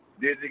Dizzy